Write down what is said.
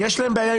שלא כמנהגנו,